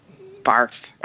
barf